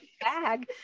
bag